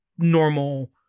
normal